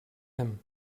him